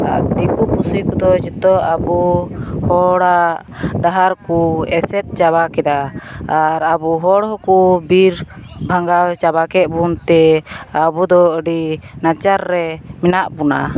ᱟᱨ ᱫᱤᱠᱩᱼᱯᱩᱥᱤ ᱠᱚᱫᱚ ᱡᱚᱛᱚ ᱟᱵᱚ ᱦᱚᱲᱟᱜ ᱰᱟᱦᱟᱨᱠᱚ ᱮᱥᱮᱫ ᱪᱟᱵᱟ ᱠᱮᱫᱟ ᱟᱨ ᱟᱵᱚ ᱦᱚᱲ ᱦᱚᱸᱠᱚ ᱵᱤᱨᱵᱷᱟᱝᱜᱟᱣ ᱪᱟᱵᱟᱠᱮᱫ ᱵᱚᱱᱛᱮ ᱟᱵᱚᱫᱚ ᱟᱹᱰᱤ ᱱᱟᱪᱟᱨ ᱨᱮ ᱢᱮᱱᱟᱜ ᱵᱚᱱᱟ